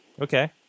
Okay